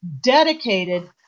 dedicated